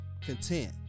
content